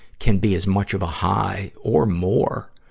can be as much of a high, or more,